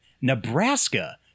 Nebraska